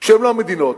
שהם לא מדינות.